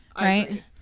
Right